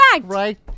Right